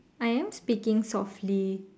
I am speaking softly